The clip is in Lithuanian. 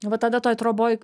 va tada toj troboj